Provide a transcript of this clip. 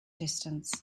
distance